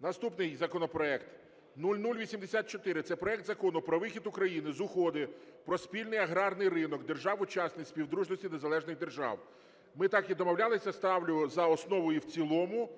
Наступний законопроект 0084, це проект Закону про вихід України з Угоди про Спільний аграрний ринок держав–учасниць Співдружності Незалежних Держав. Ми так і домовлялися, ставлю за основу і в цілому